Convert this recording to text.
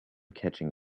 catching